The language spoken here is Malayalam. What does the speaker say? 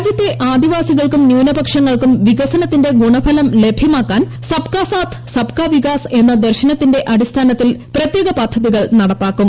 രാജ്യത്തെ ആദിവാസികൾക്കും ന്യൂനപക്ഷങ്ങൾക്കും വികസനത്തിന്റെ ഗുണഫലം ലഭ്യമാക്കാൻ സബ്കാ സാത്ത് സബ്കാ വികാസ് എന്ന ദർശനത്തിന്റെ അടിസ്ഥാനത്തിൽ പ്രത്യേക പദ്ധതികൾ നടപ്പാക്കും